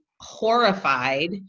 horrified